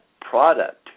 product